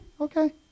Okay